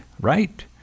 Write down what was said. right